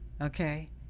Okay